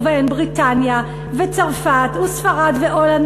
ובהן בריטניה וצרפת וספרד והולנד,